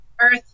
Earth